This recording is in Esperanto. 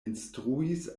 instruis